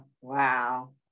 Wow